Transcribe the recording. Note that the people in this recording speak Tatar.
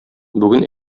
бүген